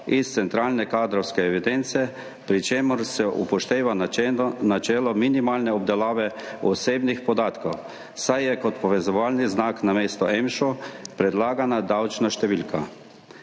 iz centralne kadrovske evidence, pri čemer se upošteva načelo minimalne obdelave osebnih podatkov, saj je kot povezovalni znak namesto EMŠA predlagana davčna številka.